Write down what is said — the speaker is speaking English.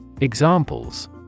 Examples